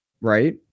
right